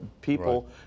people